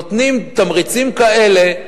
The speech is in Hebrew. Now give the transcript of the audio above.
נותנים תמריצים כאלה,